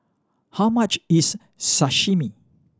how much is Sashimi